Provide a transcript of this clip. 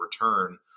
return